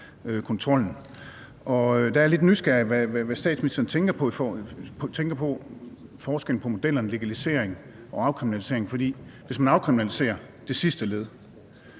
Og der er jeg lidt nysgerrig på, hvad statsministeren tænker om forskellen på modellerne for henholdvis en legalisering og en afkriminalisering, for hvis man afkriminaliserer det sidste led,